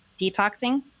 detoxing